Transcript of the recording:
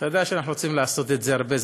אתה יודע שאנחנו רוצים לעשות את זה הרבה,